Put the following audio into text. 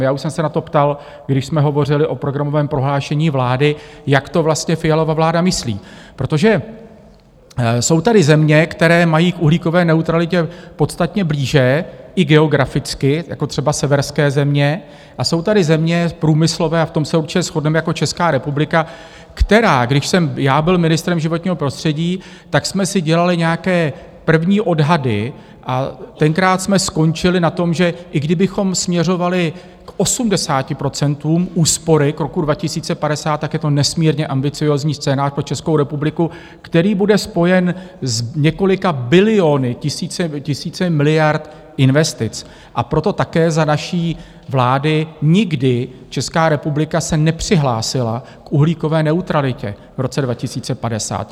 Já už jsem se na to ptal, když jsme hovořili o programovém prohlášení vlády, jak to vlastně Fialova vláda myslí, protože jsou taky země, které mají k uhlíkové neutralitě podstatně blíže, i geograficky, jako třeba severské země, a jsou tady země průmyslové, a v tom se určitě shodneme, jako Česká republika, která, když jsem byl ministrem životního prostředí, jsme si dělali nějaké první odhady a tenkrát jsme skončili na tom, že i kdybychom směřovali k 80 % úspory k roku 2050, tak je to nesmírně ambiciózní scénář pro Českou republiku, který bude spojen s několika biliony, tisíci miliard investic, a proto také za naší vlády nikdy Česká republika se nepřihlásila k uhlíkové neutralitě v roce 2050.